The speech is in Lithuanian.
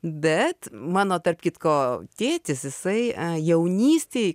bet mano tarp kitko tėtis jisai jaunystėj